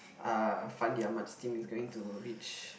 uh Fandi Ahmad's team is going to reach